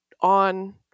on